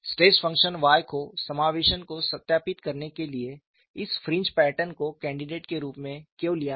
stress function Y के समावेशन को सत्यापित करने के लिए इस फ्रिंज पैटर्न को कैंडिडेट के रूप में क्यों लिया गया